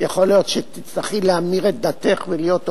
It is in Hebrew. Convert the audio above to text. יכול להיות שתצטרכי להמיר את דתך ולהיות עורך-דין,